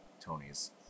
Tony's